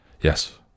Yes